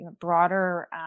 broader